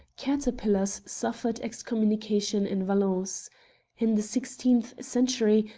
caterpillars suffered excom munication in valence. in the sixteenth century,